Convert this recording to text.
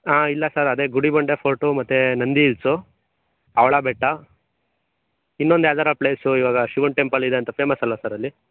ಹಾಂ ಇಲ್ಲ ಸರ್ ಅದೇ ಗುಡಿಬಂಡೆ ಫೋರ್ಟು ಮತ್ತೆ ನಂದಿ ಹಿಲ್ಸು ಅವಳ ಬೆಟ್ಟ ಇನ್ನೊಂದು ಯಾವ್ದಾದ್ರೂ ಪ್ಲೇಸು ಇವಾಗ ಶಿವನ ಟೆಂಪಲ್ ಇದೆ ಅಂತ ಫೇಮಸ್ ಅಲ್ವ ಸರ್ ಅಲ್ಲಿ